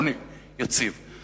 העוני יציב.